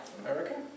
American